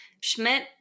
Schmidt